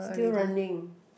still running